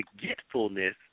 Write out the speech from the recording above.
forgetfulness